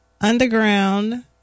underground